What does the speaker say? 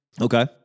Okay